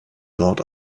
dort